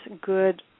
good